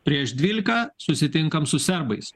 prieš dvylika susitinkam su serbais